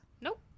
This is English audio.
nope